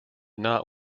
not